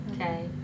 Okay